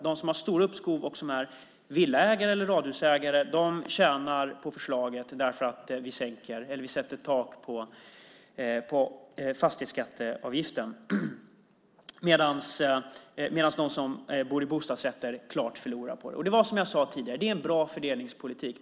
De som har stora uppskov och som är villaägare eller radhusägare tjänar på förslaget därför att vi sätter tak på fastighetsskatten. De som bor i bostadsrätter förlorar klart på det. Det är, som jag sade tidigare, en bra fördelningspolitik.